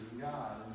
God